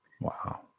Wow